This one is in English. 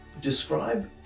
Describe